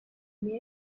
with